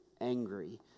angry